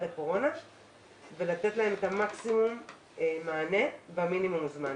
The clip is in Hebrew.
הקורונה ולתת להם את מקסימום המענה במינימום זמן